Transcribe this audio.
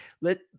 let